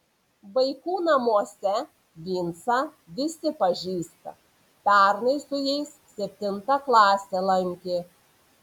vaikų namuose vincą visi pažįsta pernai su jais septintą klasę lankė